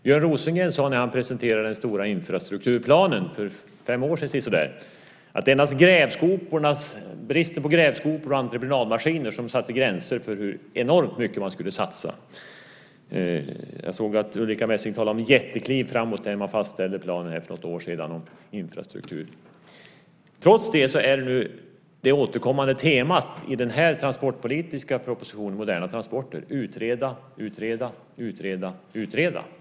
Björn Rosengren sade när han för ungefär fem år sedan presenterade den stora infrastrukturplanen att det var endast bristen på grävskopor och entreprenadmaskiner som satte gränser för hur enormt mycket man skulle satsa. Ulrica Messing talade om jättekliv framåt när man fastställde planen om infrastruktur för något år sedan. Trots detta är det återkommande temat i den transportpolitiska propositionen, Moderna transporter , att man ska utreda, utreda och utreda.